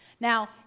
Now